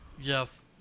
Yes